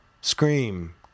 Scream